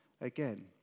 again